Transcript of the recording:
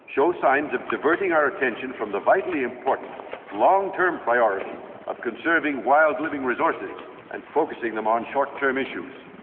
show signs of diverting our attention from the vitally important long-term priority of conserving wild living resources and focusing them on short-term issues.